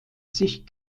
sich